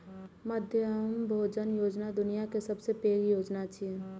मध्याह्न भोजन योजना दुनिया के सबसं पैघ योजना छियै